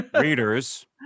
readers